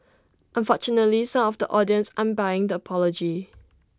unfortunately some of the audience aren't buying the apology